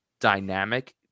dynamic